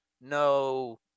no